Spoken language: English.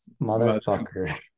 motherfucker